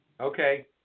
Okay